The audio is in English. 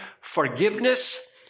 forgiveness